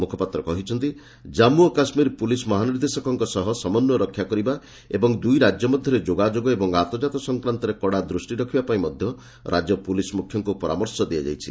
ମୁଖପାତ୍ର କହିଛନ୍ତି ଜାନ୍ମୁ ଓ କାଶ୍କୀର ପୁଲିସ୍ ମହାନିର୍ଦ୍ଦେଶକଙ୍କ ସହ ସମନ୍ୱୟ ରକ୍ଷା କରିବା ଏବଂ ଦୁଇ ରାଜ୍ୟ ମଧ୍ୟରେ ଯୋଗାଯୋଗ ଓ ଆତକାତ ସଂକ୍ରାନ୍ତରେ କଡ଼ା ଦୂଷ୍ଟି ରଖିବା ପାଇଁ ମଧ୍ୟ ରାଜ୍ୟ ପୁଲିସ୍ ମୁଖ୍ୟଙ୍କୁ ପରାମର୍ଶ ଦିଆଯାଇଛି